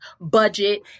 budget